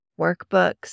workbooks